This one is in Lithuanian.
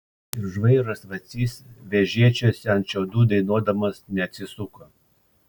ir žvairas vacys vežėčiose ant šiaudų dainuodamas neatsisuko